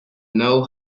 know